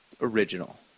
original